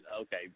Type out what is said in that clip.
okay